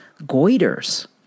goiters